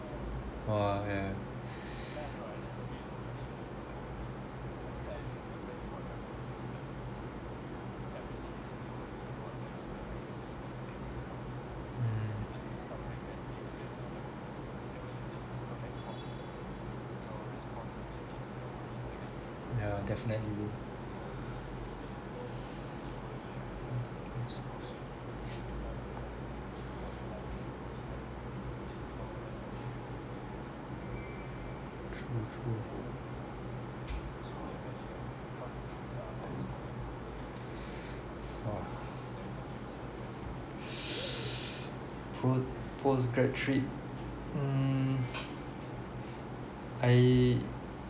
!wah! yeah mm yeah definitely true true ah post post-grad trip um I